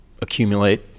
accumulate